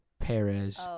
Perez